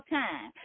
time